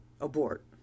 abort